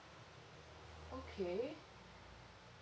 okay